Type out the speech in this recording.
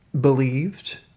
believed